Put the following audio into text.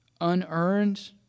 Unearned